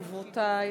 חברותי,